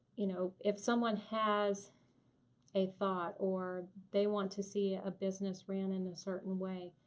you know if someone has a thought or they want to see a business ran in a certain way,